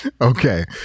Okay